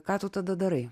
ką tu tada darai